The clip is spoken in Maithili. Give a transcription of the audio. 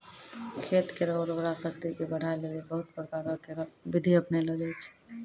खेत केरो उर्वरा शक्ति क बढ़ाय लेलि बहुत प्रकारो केरो बिधि अपनैलो जाय छै